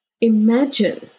imagine